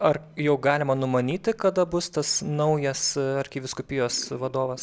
ar jau galima numanyti kada bus tas naujas arkivyskupijos vadovas